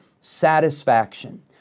satisfaction